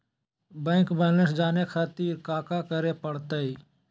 Bank balance जाने खातिर काका करे पड़तई?